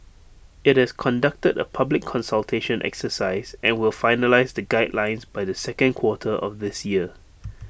IT has conducted A public consultation exercise and will finalise the guidelines by the second quarter of this year